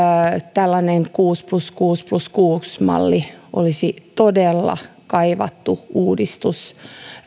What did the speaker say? tällainen kuusi plus kuusi plus kuusi malli olisi todella kaivattu uudistus